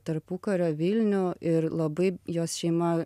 tarpukario vilnių ir labai jos šeima